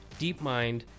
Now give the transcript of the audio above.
DeepMind